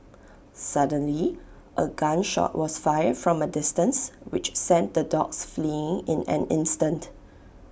suddenly A gun shot was fired from A distance which sent the dogs fleeing in an instant